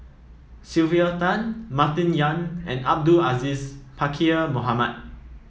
Sylvia Tan Martin Yan and Abdul Aziz Pakkeer Mohamed